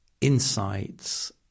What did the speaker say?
insights